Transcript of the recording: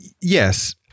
yes